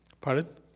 Pardon